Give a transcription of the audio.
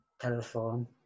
Telephone